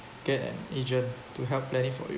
get an agent to help plan it for you